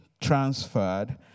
transferred